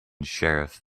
sheriff